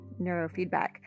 neurofeedback